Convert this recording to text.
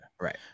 Right